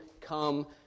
come